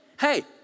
hey